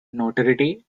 notoriety